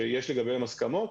שיש לגביהם הסכמות.